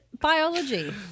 biology